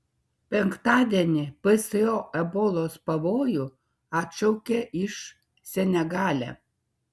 penktadienį pso ebolos pavojų atšaukė iš senegale